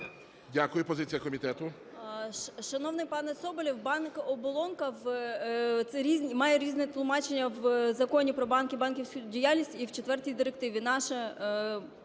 Дякую. Позиція комітету.